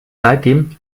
seitdem